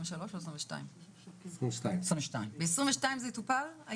ב-2022 העניין של הסייעות יטופל?